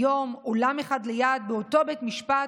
היום, אולם אחד ליד, באותו בית משפט,